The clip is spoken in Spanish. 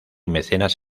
mecenas